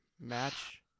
match